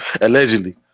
Allegedly